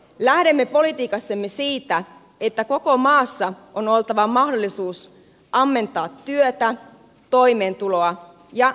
lähdemme politiikassamme siitä että koko maassa on oltava mahdollisuus ammentaa työtä toimeentuloa ja talouskasvua